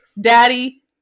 daddy